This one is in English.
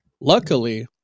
luckily